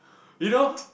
you know